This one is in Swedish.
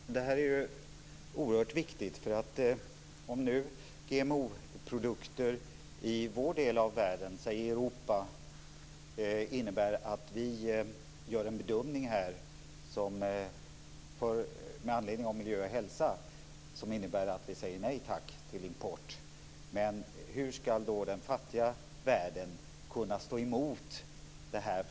Fru talman! Det här är ju oerhört viktigt. Om vi i vår del av världen, säg Europa, gör en bedömning med anledning av miljö och hälsa som innebär att vi säger nej tack till import av GMO-produkter, hur ska då den fattiga världen kunna stå emot dem?